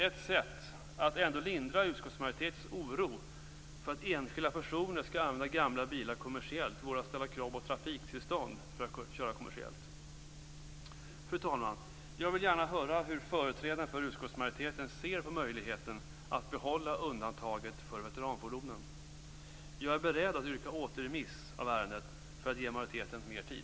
Ett sätt att ändå lindra utskottsmajoritetens oro för att enskilda personer skall använda gamla bilar kommersiellt vore att ställa krav på trafiktillstånd för att köra kommersiellt. Fru talman! Jag vill gärna höra hur företrädaren för utskottsmajoriteten ser på möjligheten att behålla undantaget för veteranfordonen. Jag är beredd att yrka på återremiss av ärendet för att ge majoriteten mer tid.